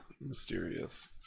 mysterious